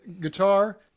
guitar